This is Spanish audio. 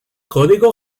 código